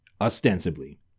ostensibly